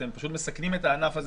אתם פשוט מסכנים את הענף הזה,